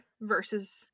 versus